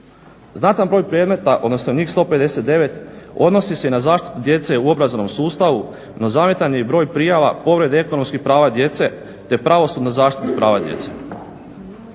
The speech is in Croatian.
Znatan broj predmeta, odnosno njih 159 odnosi se na zaštitu djece u obrazovnom sustavu, no zamjetan je i broj prijava povrede ekonomskih prava djece te pravosudna zaštita prava djece.